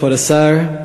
כבוד השר,